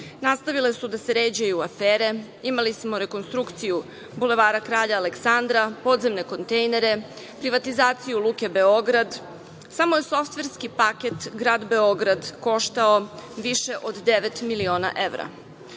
Nastavile su da se ređaju afere. Imali smo rekonstrukciju Bulevara Kralja Aleksandra, podzemne kontejnere, privatizaciju Luke Beograd. Samo je softverski paket Grad Beograd koštao više od 9.000.000 evra.